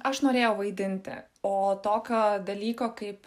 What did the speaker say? aš norėjau vaidinti o tokio dalyko kaip